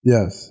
Yes